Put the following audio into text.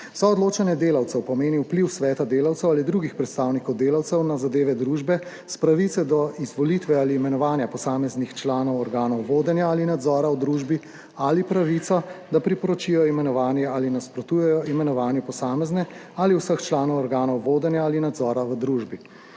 Soodločanje delavcev pomeni vpliv sveta delavcev ali drugih predstavnikov delavcev na zadeve družbe s pravico do izvolitve ali imenovanja posameznih članov organov vodenja ali nadzora v družbi ali pravico, da priporočijo imenovanje ali nasprotujejo imenovanju posameznih ali vseh članov organov vodenja ali nadzora v družbi.